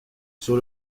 sur